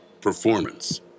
Performance